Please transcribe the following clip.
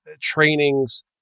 trainings